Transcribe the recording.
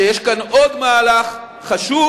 שיש כאן עוד מהלך חשוב,